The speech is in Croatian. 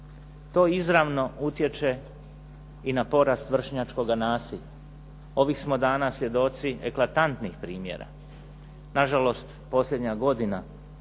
To izravno utječe i na porast vršnjačkoga nasilja. Ovih dana smo svjedoci eklatantnih primjera. Nažalost, posljednja godina